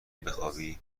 بخوابی